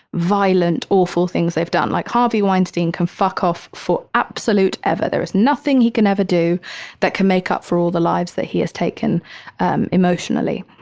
violent, awful things they've done. like harvey weinstein can fuck off for absolute ever. there is nothing he can ever do that can make up for all the lives that he has taken and emotionally.